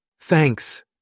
Thanks